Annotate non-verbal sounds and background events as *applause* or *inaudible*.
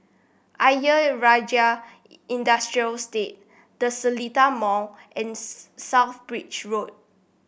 Ayer Rajah Industrial Estate The Seletar Mall and *unintelligible* South Bridge Road